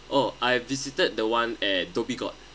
oh I have visited the [one] at dhoby ghaut